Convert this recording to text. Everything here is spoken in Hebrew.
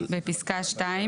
בפסקה (2),